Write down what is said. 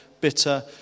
bitter